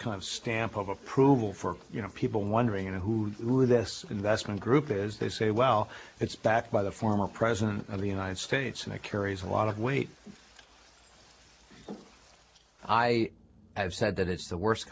kind of stamp of approval for you know people wondering you know who this investment group is they say well it's backed by the former president of the united states and it carries a lot of weight i have said that it's the worst